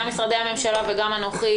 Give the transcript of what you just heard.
גם משרדי הממשלה וגם אנוכי,